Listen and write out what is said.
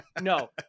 No